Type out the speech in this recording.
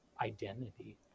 identity